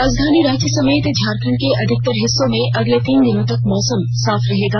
राजधानी रांची समेत झारखण्ड के अधिकतर हिस्सों में अगले तीन दिनों तक मौसम साफ रहेगा